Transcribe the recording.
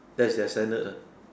that is their standard lah